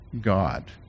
God